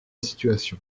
situation